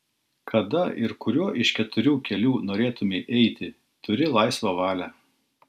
kada ir kuriuo iš keturių kelių norėtumei eiti turi laisvą valią